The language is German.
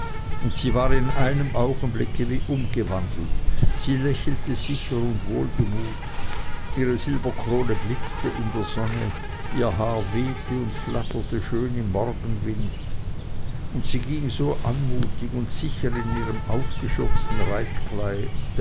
und sie war in einem augenblicke wie umgewandelt sie lächelte sicher und wohlgemut ihre silberkrone blitzte in der sonne ihr haar wehte und flatterte schön im morgenwind und sie ging so anmutig und sicher in ihrem